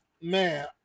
man